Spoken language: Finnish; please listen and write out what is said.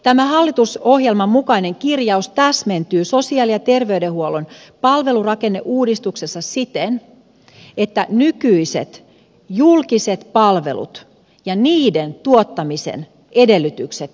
tämä hallitusohjelman mukainen kirjaus täsmentyy sosiaali ja terveydenhuollon palvelurakenneuudistuksessa siten että nykyiset julkiset palvelut ja niiden tuottamisen edellytykset vahvistuvat